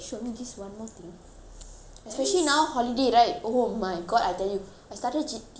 especially now holiday right oh my god I tell you I started teaching at ten thirty I only finish one o'clock